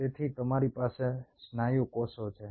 તેથી તમારી પાસે સ્નાયુ કોષો છે